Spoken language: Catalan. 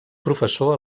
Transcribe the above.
professor